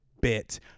bit